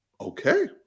okay